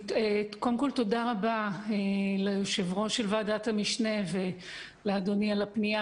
תודה ליושב-ראש של ועדת המשנה ולאדוני על הפנייה